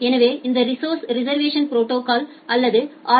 எனவே இந்த resources reservation protocol அல்லது ஆர்